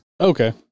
Okay